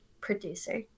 producer